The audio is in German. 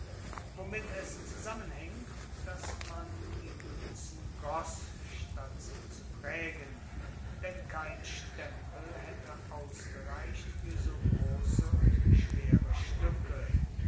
womit es zusammenhaengt dass man die muenzen goss statt sie zu praegen denn kein stempel haette ausgereicht fuer so grosse und schwere stuecke